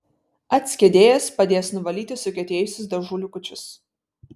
atskiedėjas padės nuvalyti sukietėjusius dažų likučius